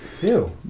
Ew